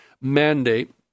Mandate